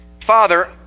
Father